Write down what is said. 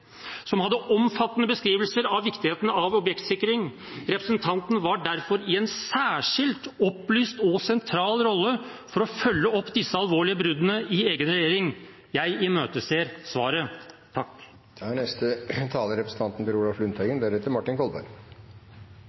som hadde omfattende beskrivelser av viktigheten av objektsikring. Representanten var derfor i en særskilt opplyst og sentral rolle for å følge opp disse alvorlige bruddene i egen regjering. Jeg imøteser svaret.